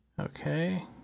Okay